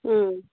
ꯎꯝ